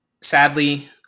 sadly